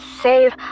save